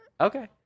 Okay